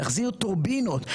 להחזיר טורבינות,